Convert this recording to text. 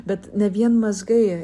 bet ne vien mazgai